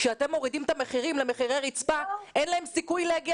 כשאתם מורידים את המחירים למחירי רצפה אין להם סיכוי להגיע